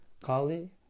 Kali